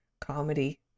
comedy